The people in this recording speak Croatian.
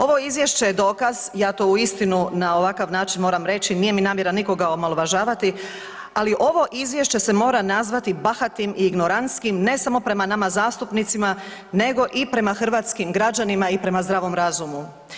Ovo izvješće je dokaz ja to uistinu na ovakav način moram reći nije mi namjera nikoga omalovažavati, ali ovo izvješće se mora nazvati bahatim i ignoranstskim ne samo prema nama zastupnicima nego i prema hrvatskim građanima i prema zdravom razumu.